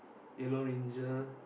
yellow ranger